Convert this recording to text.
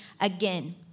again